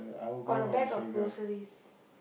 or a bag of groceries